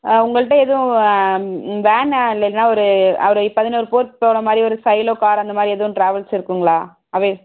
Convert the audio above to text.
ஆ உங்கள்கிட்ட எதுவும் வேன் இல்லைனா ஒரு அவர் பதினோரு பேர் போகிற மாதிரி ஒரு சைலோ கார் அந்த மாதிரி எதுவும் ட்ராவல்ஸ் இருக்குங்களா அவை